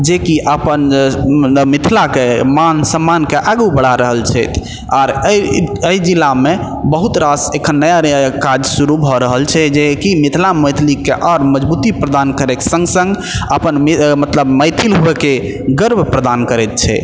जे कि अपन मतलब मिथिलाके मान सम्मानके आगू बढ़ा रहल छथि आर अइ एहि जिलामे बहुत रास एखन नया नया काज शुरू भऽ रहल छै जे कि मिथिला मैथिलीके आर मजबूती प्रदान करैके सङ्ग सङ्ग अपन मतलब मैथिल होइके गर्व प्रदान करै छै